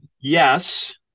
yes